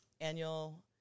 annual